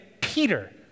Peter